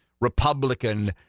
Republican